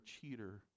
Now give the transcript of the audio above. cheater